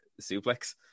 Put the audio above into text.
suplex